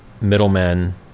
middlemen